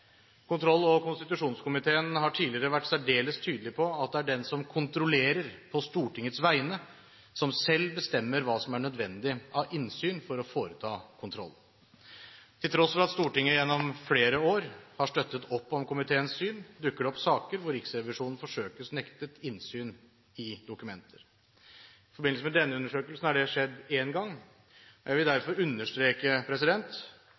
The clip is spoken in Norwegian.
Kontroll- og konstitusjonskomiteen har tidligere vært særdeles tydelig på at det er den som kontrollerer på Stortingets vegne, og som selv bestemmer hva som er nødvendig av innsyn for å foreta kontrollen. Til tross for at Stortinget gjennom flere år har støttet opp om komiteens syn, dukker det opp saker hvor Riksrevisjonen forsøkes nektet innsyn i dokumenter. I forbindelse med denne undersøkelsen har det skjedd én gang. Jeg vil